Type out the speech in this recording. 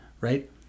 right